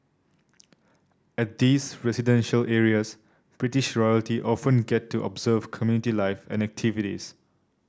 at these residential areas British royalty often get to observe community life and activities